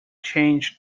changed